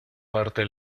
parte